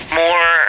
more